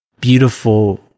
beautiful